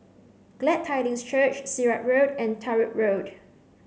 Glad Tidings Church Sirat Road and Larut Road